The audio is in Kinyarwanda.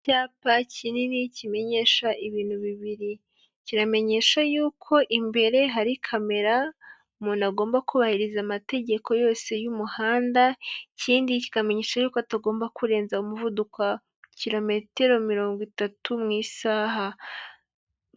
Icyapa kinini kimenyesha ibintu bibiri, kiramenyesha yuko imbere hari kamera umuntu agomba kubahiriza amategeko yose y'umuhanda, ikindi kikamenyesha yuko atagomba kurenza umuvuduko wa kilometero mirongo itatu mu isaha.